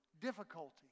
difficulty